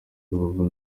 rubavu